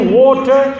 water